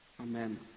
amen